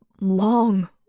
long